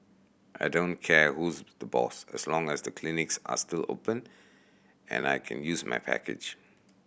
I don't care who's the boss as long as the clinics are still open and I can use my package